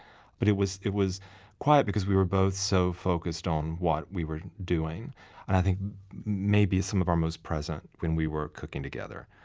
but it was it was quiet because we were both so focused on what we were doing and i think maybe some of our most present when we were cooking together.